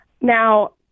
Now